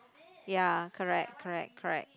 ya correct correct correct